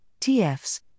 TFs